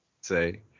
Say